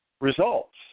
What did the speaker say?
results